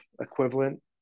equivalent